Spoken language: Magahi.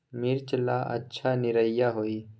मिर्च ला अच्छा निरैया होई?